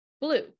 blue